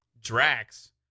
Drax